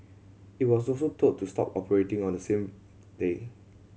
it was also told to stop operating on the same day